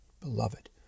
beloved